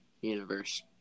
universe